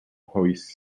hoist